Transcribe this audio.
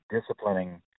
disciplining